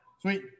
Sweet